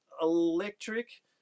electric